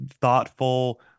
thoughtful